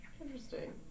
Interesting